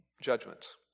judgments